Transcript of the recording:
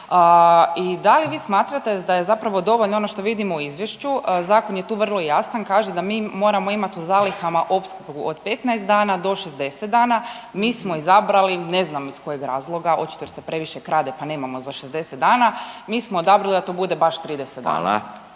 I da li vi smatrate da je zapravo dovoljno ono što vidimo u izvješću, zakon je tu vrlo jasan kaže da mi moramo imati u zalihama opskrbu od 15 dana do 60 dana, mi smo izabrali ne znam iz kojeg razloga očito se previše krade pa nemamo za 60 dana, mi smo odabrali da to bude baš 30 dana.